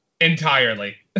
entirely